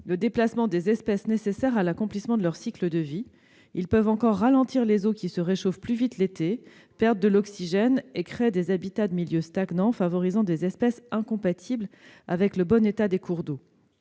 le déplacement des espèces nécessaire à l'accomplissement de leur cycle de vie. Ils peuvent en outre ralentir les eaux, qui se réchauffent alors plus vite l'été, perdent de l'oxygène et créent des habitats de milieux stagnants favorisant des espèces incompatibles avec le bon état des cours d'eau.